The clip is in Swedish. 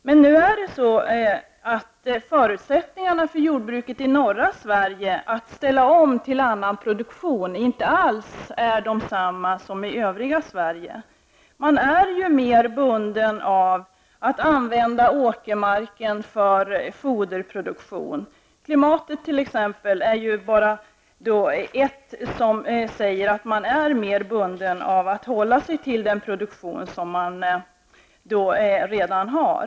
Men förutsättningarna för jordbruket i norra Sverige att ställa om till annan produktion är inte alls desamma som i övriga Sverige. Man är mer bunden till att använda åkermarken för foderproduktion. Klimatet är bara ett skäl till att man är mer bunden att hålla sig till den produktion som man redan har.